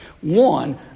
one